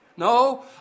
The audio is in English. No